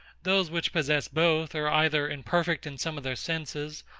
those which possess both are either imperfect in some of their senses,